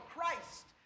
Christ